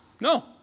no